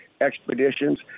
Expeditions